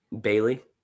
Bailey